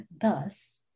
thus